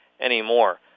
anymore